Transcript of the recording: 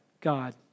God